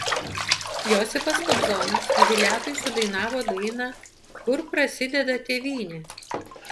josifas kobzonas jubiliatui sudainavo dainą kur prasideda tėvynė